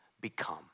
become